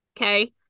okay